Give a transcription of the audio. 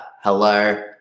hello